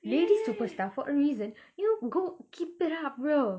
lady superstar for a reason you go keep it up bro